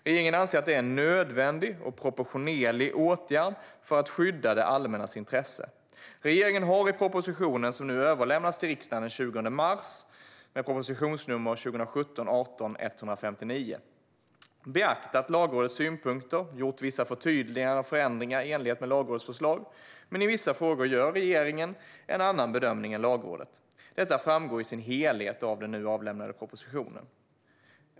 Regeringen anser att det är en nödvändig och proportionerlig åtgärd för att skydda det allmännas intressen. Regeringen har i propositionen, som överlämnades till riksdagen den 20 mars , beaktat Lagrådets synpunkter och gjort vissa förtydliganden och förändringar i enlighet med Lagrådets förslag. Men i vissa frågor gör regeringen en annan bedömning än Lagrådet. Dessa framgår i sin helhet av den nu avlämnade propositionen.